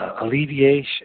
alleviation